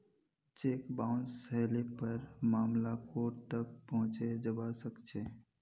cheque bounce हले पर मामला कोर्ट तक पहुंचे जबा सकछे